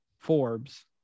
Forbes